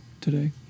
today